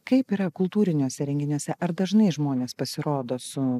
kaip yra kultūriniuose renginiuose ar dažnai žmonės pasirodo su